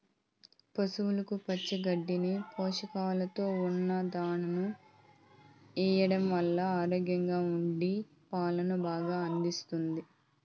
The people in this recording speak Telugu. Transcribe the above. పసవులకు పచ్చి గడ్డిని, పోషకాలతో ఉన్న దానాను ఎయ్యడం వల్ల ఆరోగ్యంగా ఉండి పాలను బాగా అందిస్తాయి